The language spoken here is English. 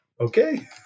Okay